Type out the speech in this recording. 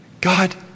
God